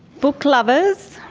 book-lovers,